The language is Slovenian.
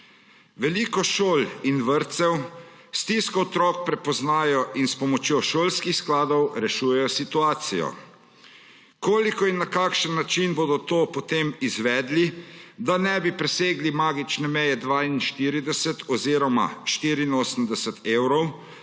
Veliko šol in vrtcev stisko otrok prepozna in s pomočjo šolskih skladov rešujejo situacijo. Koliko in na kakšen način bodo to potem izvedli, da ne bi presegli magične meje 42 oziroma 84 evrov,